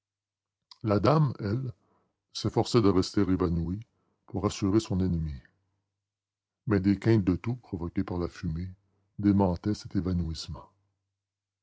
la dame elle s'efforçait de rester évanouie pour rassurer son ennemi mais des quintes de toux provoquées par la fumée démentaient cet évanouissement